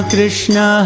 Krishna